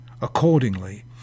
accordingly